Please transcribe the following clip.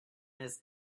his